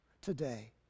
today